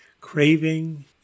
craving